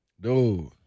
Dude